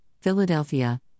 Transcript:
Philadelphia